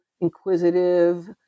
inquisitive